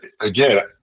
again